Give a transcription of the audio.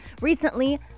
recently